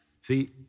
See